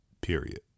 Period